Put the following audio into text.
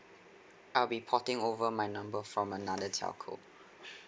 I'll be porting over my number from another telco